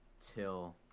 Till